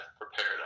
prepared